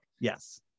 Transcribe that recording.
Yes